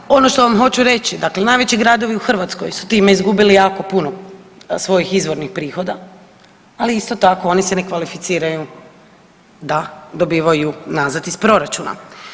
Dakle, ono što vam hoću reći, dakle najveći gradovi u Hrvatskoj su time izgubili jako puno svojih izvornih prihoda, ali isto tako oni se ne kvalificiraju da dobivaju nazad iz proračuna.